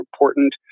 important